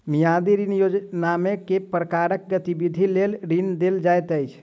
मियादी ऋण योजनामे केँ प्रकारक गतिविधि लेल ऋण देल जाइत अछि